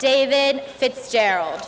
david fitzgerald